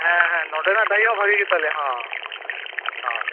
ᱦᱮᱸ ᱦᱮᱸ ᱱᱚᱰᱮᱱᱟᱜ ᱰᱟᱹᱦᱤᱦᱚ ᱵᱷᱟᱹᱜᱤ ᱜᱮᱛᱟ ᱞᱮᱭᱟ ᱦᱚᱸ ᱦᱚᱸ